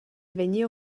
vegniu